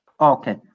okay